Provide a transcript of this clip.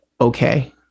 okay